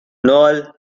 noel